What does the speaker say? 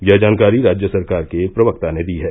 यह जानकारी राज्य सरकार के एक प्रवक्ता ने दी है